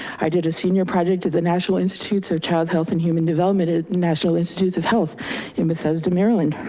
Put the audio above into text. i did a senior project to the national institutes of child health and human development in national institutes of health in bethesda, maryland.